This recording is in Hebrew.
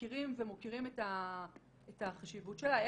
מכירים ומוקירים את החשיבות שלה,